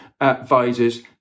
advisors